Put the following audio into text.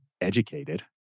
educated